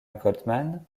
goldman